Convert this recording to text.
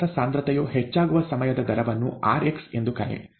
ಜೀವಕೋಶದ ಸಾಂದ್ರತೆಯು ಹೆಚ್ಚಾಗುವ ಸಮಯದ ದರವನ್ನು rx ಎಂದು ಕರೆಯುತ್ತಾರೆ